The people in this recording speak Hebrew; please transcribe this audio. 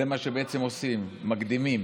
זה מה שבעצם עושים, מקדימים.